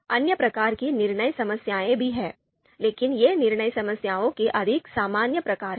अन्य प्रकार की निर्णय समस्याएं भी हैं लेकिन ये निर्णय समस्याओं के अधिक सामान्य प्रकार हैं